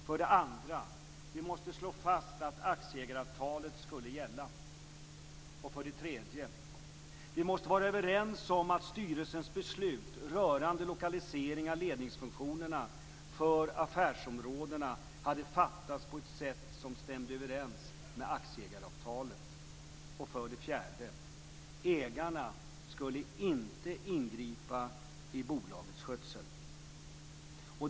För det andra: Vi måste slå fast att aktieägaravtalet skulle gälla. För det tredje: Vi måste vara överens om att styrelsens beslut rörande lokalisering av ledningsfunktionerna för affärsområdena hade fattats på ett sätt som stämde överens med aktieägaravtalet. För det fjärde: Ägarna skulle inte ingripa i bolagets skötsel.